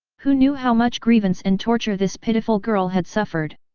who knew how much grievance and torture this pitiful girl had suffered?